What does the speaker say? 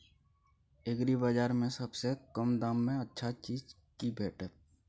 एग्रीबाजार में सबसे कम दाम में अच्छा चीज की भेटत?